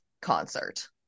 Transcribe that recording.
concert